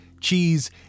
cheese